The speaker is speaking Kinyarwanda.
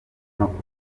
makuru